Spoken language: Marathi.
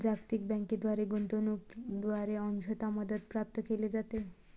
जागतिक बँकेद्वारे गुंतवणूकीद्वारे अंशतः मदत प्राप्त केली जाते